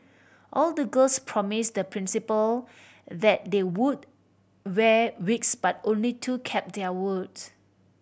all the girls promised the Principal that they would wear wigs but only two kept their words